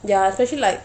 ya especially like